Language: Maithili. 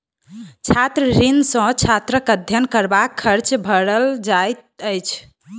छात्र ऋण सॅ छात्रक अध्ययन करबाक खर्च भरल जाइत अछि